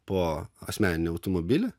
po asmeninį automobilį